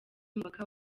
umupaka